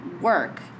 work